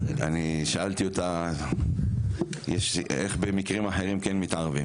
אני שאלתי אותה איך במקרים אחרים כן מתערבים.